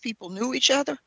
people knew each other